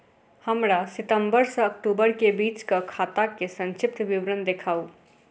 हमरा सितम्बर सँ अक्टूबर केँ बीचक खाता केँ संक्षिप्त विवरण देखाऊ?